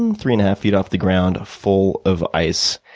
um three and a half feet off the ground, full of ice.